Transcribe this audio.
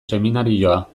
seminarioa